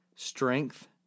strength